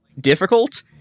difficult